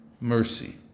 mercy